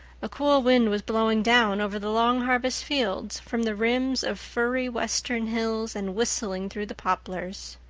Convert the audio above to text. a cool wind was blowing down over the long harvest fields from the rims of firry western hills and whistling through the poplars.